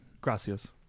Gracias